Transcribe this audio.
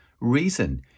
reason